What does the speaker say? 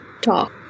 talk